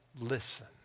listen